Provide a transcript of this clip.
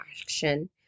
action